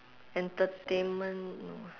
entertainment no ah